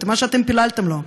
את מה שאתם פיללתם לו,